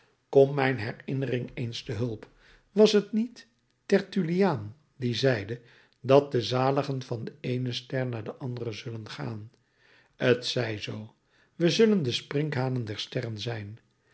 kom mijn herinnering eens te hulp was t niet tertuliaan die zeide dat de zaligen van de eene ster naar de andere zullen gaan het zij zoo we zullen de sprinkhanen der sterren zijn